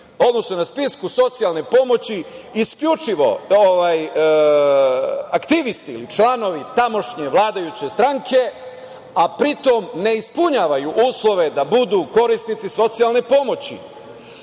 odnosno na spisku socijalne pomoći isključivo aktivisti ili članovi tamošnje vladajuće stranke, a pri tome ne ispunjavaju uslove da budu korisnici socijalne